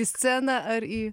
į sceną ar į